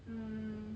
mm